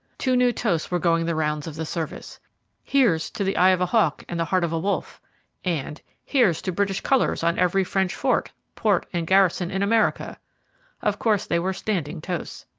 two new toasts were going the rounds of the service here's to the eye of a hawke and the heart of a wolfe and here's to british colours on every french fort, port, and garrison in america of course they were standing toasts.